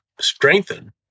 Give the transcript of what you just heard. strengthen